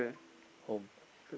home